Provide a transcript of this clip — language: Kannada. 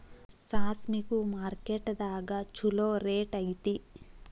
ಸಾಸ್ಮಿಗು ಮಾರ್ಕೆಟ್ ದಾಗ ಚುಲೋ ರೆಟ್ ಐತಿ